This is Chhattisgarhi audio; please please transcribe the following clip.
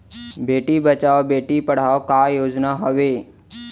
बेटी बचाओ बेटी पढ़ाओ का योजना हवे?